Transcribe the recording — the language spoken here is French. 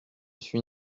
suis